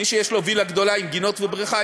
מי שיש לו וילה גדולה עם גינות ובריכה,